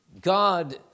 God